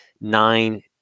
nine